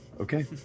Okay